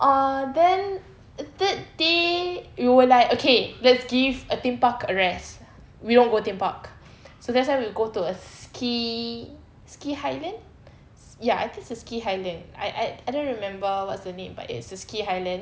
uh then third day we were like okay let's give a theme park a rest we won't go theme park so that's why we go to a ski ski highland ya I think it's a ski highland I I don't remember what's the name but it's a ski highland